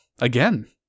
again